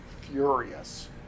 furious